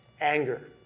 anger